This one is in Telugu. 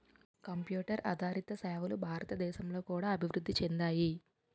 కంప్యూటర్ ఆదారిత సేవలు భారతదేశంలో కూడా అభివృద్ధి చెందాయి